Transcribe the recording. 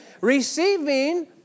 Receiving